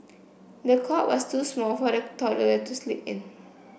the cot was too small for the toddler to sleep in